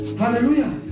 Hallelujah